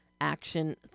action